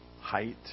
height